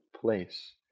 place